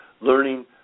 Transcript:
learning